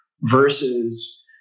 Versus